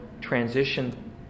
transition